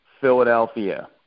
Philadelphia